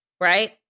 right